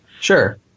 sure